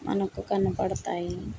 మనకు కనపడతాయి